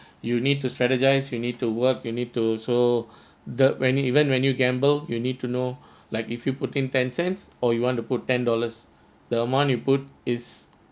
you need to strategise you need to work you need to so the when you even when you gamble you need to know like if you put in ten cents or you want to put ten dollars the amount you put is